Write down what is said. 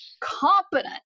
competent